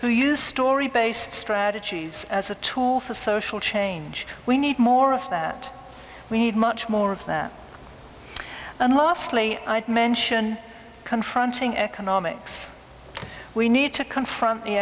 who use story based strategies as a tool for social change we need more of that we need much more of that and lastly i mention confronting economics we need to confront the